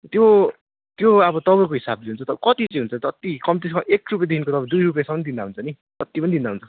त्यो त्यो अब तपाईँको हिसाबले हुन्छ तर कति हुन्छ जति कम्तीमा एक रुपियाँदेखिको तपाईँको दुई रुपियाँसम्म दिँदा हुन्छ नि जति पनि दिँदा हुन्छ